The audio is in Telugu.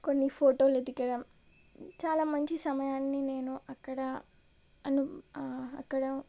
కొన్ని ఫోటోలు దిగడం చాలా మంచి సమయాన్ని నేను అక్కడ అను అక్కడ